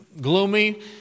gloomy